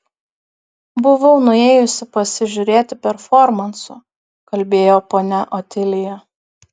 buvau nuėjusi pasižiūrėti performansų kalbėjo ponia otilija